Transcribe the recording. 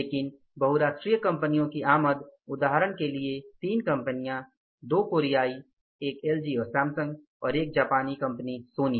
लेकिन बहुराष्ट्रीय कंपनियों की आमद उदाहरण के लिए तीन कंपनिया दो कोरियाई एक एलजी सैमसंग और एक जापानी कंपनी है सोनी